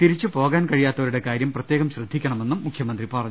തിരിച്ചുപോകാൻ കഴിയാത്തവരുടെ കാര്യം പ്രത്യേകം ശ്രദ്ധിക്ക ണമെന്നും മുഖ്യമന്ത്രി പറഞ്ഞു